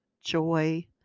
joy